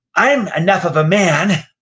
i'm enough of a man,